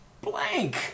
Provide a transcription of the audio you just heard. blank